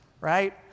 right